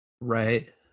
Right